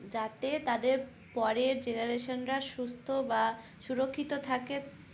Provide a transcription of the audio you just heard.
যাতে তাদের পরের জেনারেশানরা সুস্থ বা সুরক্ষিত থাকে